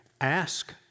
ask